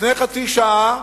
לפני חצי שעה